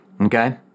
Okay